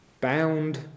bound